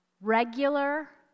regular